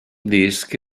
disc